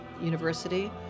University